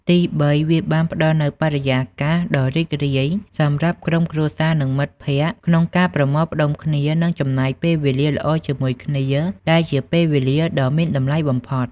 ទីបី វាបានផ្តល់នូវ បរិយាកាសដ៏រីករាយ សម្រាប់ក្រុមគ្រួសារ និងមិត្តភក្តិក្នុងការប្រមូលផ្តុំគ្នានិងចំណាយពេលវេលាល្អជាមួយគ្នា ដែលជាពេលវេលាដ៏មានតម្លៃបំផុត។